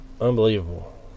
unbelievable